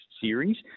series